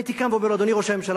הייתי קם ואומר: אדוני ראש הממשלה,